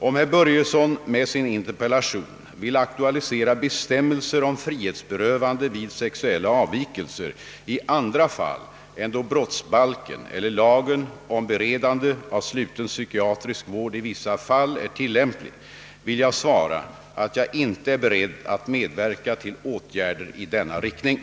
Om herr Börjesson med sin interpellation vill aktualisera bestämmelser om frihetsberövande vid sexuella avvikelser i andra fall än då brottsbalken eller lagen om beredande av sluten psykiatrisk vård i vissa fall är tillämplig, vill jag svara att jag inte är beredd att medverka till åtgärder i den riktningen.